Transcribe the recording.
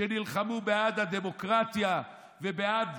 שנלחמו בעד הדמוקרטיה ובעד